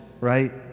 right